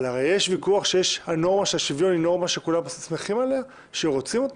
אבל הרי יש ויכוח שהנורמה של השוויון שכולם שמחים עליה ורוצים אותה?